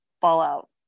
fallout